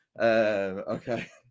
okay